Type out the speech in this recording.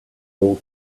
all